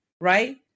right